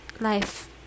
life